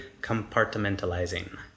compartmentalizing